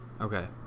Okay